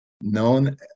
known